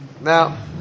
Now